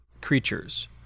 creatures